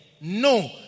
No